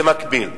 במקביל.